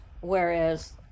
Whereas